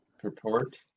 purport